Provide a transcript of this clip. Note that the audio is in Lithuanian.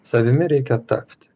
savimi reikia tapti